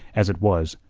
as it was,